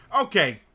Okay